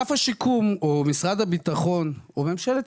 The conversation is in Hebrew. ואם הוא כבר נותן לי הלוואה הוא רוצה שההורים שלי יהיו ערבים לה,